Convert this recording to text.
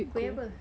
kuih apa